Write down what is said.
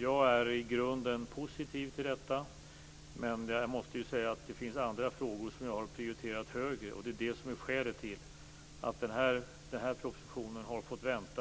Jag är i grunden positiv till detta, men jag måste säga att det finns andra frågor som jag har prioriterat högre. Det är det som är skälet till att den här propositionen har fått vänta.